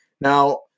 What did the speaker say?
now